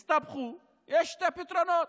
הסתבכו, יש שני פתרונות: